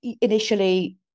initially